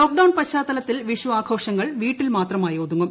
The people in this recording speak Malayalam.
ലോക്ക്ഡൌൺ പശ്ചാത്തലത്തിൽ വിഷു ആഘോഷങ്ങൾ വീട്ടിൽ മാത്രമായി ഒതുങ്ങും